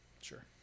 sure